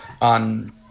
on